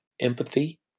empathy